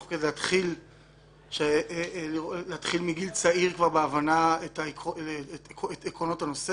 כדי להתחיל מגיל צעיר את עקרונות הנושא,